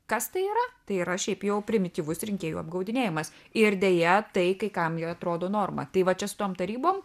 kas tai yra tai yra šiaip jau primityvus rinkėjų apgaudinėjimas ir deja tai kai kam jau atrodo norma tai va čia su tom tarybom